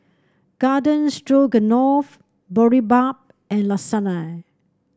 Garden Stroganoff Boribap and Lasagna